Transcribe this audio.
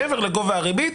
מעבר לגובה הריבית,